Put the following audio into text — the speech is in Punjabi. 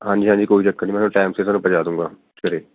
ਹਾਂਜੀ ਹਾਂਜੀ ਕੋਈ ਚੱਕਰ ਨਹੀਂ ਮੈ ਤੁਹਾਨੂੰ ਟਾਈਮ ਸਿਰ ਤੁਹਾਨੂੰ ਪੁਜਾ ਦੂੰਗਾ ਸਵੇਰੇ